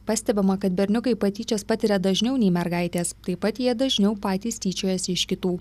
pastebima kad berniukai patyčias patiria dažniau nei mergaitės taip pat jie dažniau patys tyčiojasi iš kitų